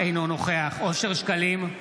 אינו נוכח אושר שקלים,